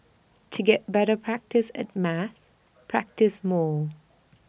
to get better practise at maths practise more